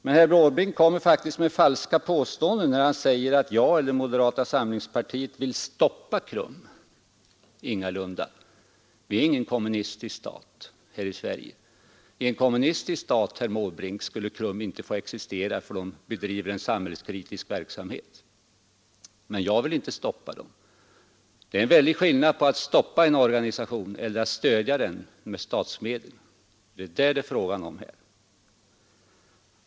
Men herr Måbrink kommer med falska påståenden när han säger att jag eller moderata samlingspartiet vill stoppa KRUM. Ingalunda! Vi har ingen kommunistisk stat här i Sverige. I en kommunistisk stat, herr Måbrink, skulle KRUM inte få existera, för de bedriver en samhällskritisk verksamhet. Men jag vill inte stoppa dem. Det är en väldig skillnad mellan att stoppa en organisation och att stödja den med statsmedel — och det är det det är fråga om här.